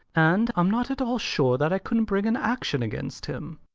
and i'm not at all sure that i couldn't bring an action against him.